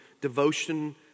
devotion